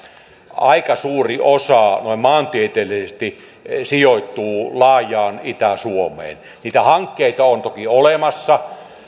aika suuri osa noin maantieteellisesti sijoittuu laajaan itä suomeen niitä hankkeita on toki olemassa